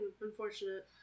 unfortunate